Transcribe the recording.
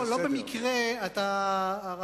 לא במקרה אתה,